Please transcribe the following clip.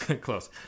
Close